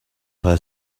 her